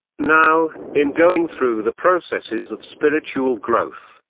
now, in going through the processes of spiritual growth,